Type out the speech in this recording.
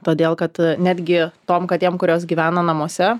todėl kad netgi tom katėm kurios gyvena namuose